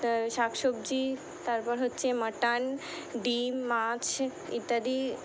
শাক সবজি তারপর হচ্ছে মাটন ডিম মাছ ইত্যাদি